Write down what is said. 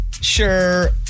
sure